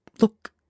look